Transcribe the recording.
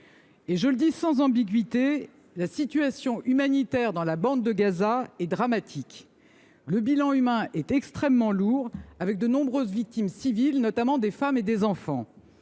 Je le dis sans ambiguïté, la situation humanitaire dans la bande de Gaza est dramatique. Le bilan humain est extrêmement lourd, avec de nombreuses victimes civiles, notamment des femmes et des enfants.